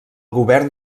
govern